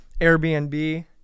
Airbnb